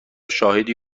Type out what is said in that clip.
شاهدی